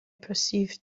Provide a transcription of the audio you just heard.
perceived